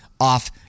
off